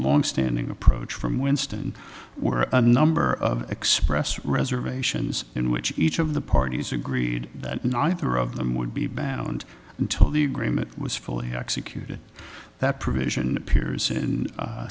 longstanding approach from winston were a number of expressed reservations in which each of the parties agreed that neither of them would be banned until the agreement was fully executed that provision appears in